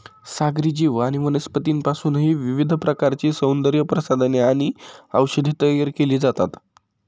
सागरी जीव आणि वनस्पतींपासूनही विविध प्रकारची सौंदर्यप्रसाधने आणि औषधे तयार केली जातात